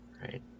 Right